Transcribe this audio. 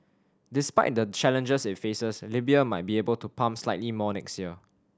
despite the challenges it faces Libya might be able to pump slightly more next year